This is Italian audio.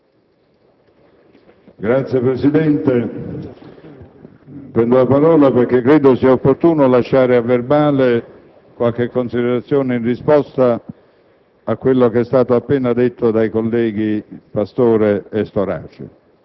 Signor Presidente, prendo la parola perché credo sia opportuno lasciare a verbale qualche considerazione in risposta